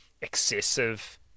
excessive